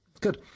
Good